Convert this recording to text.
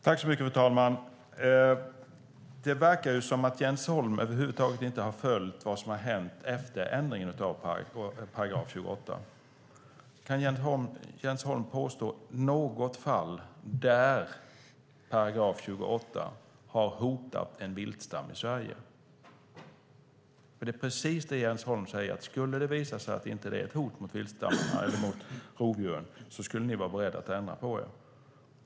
Fru talman! Jens Holm verkar över huvud taget inte ha följt vad som hänt efter ändringen av 28 §. Kan Jens Holm nämna något fall där 28 § varit ett hot mot en viltstam i Sverige? Vad Jens Holm säger är ju att om det skulle visa sig att det inte är ett hot mot rovdjuren skulle ni i Vänsterpartiet vara beredda att ändra er.